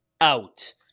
out